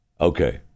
Okay